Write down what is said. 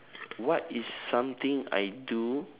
what is something I do